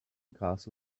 castle